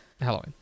Halloween